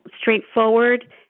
straightforward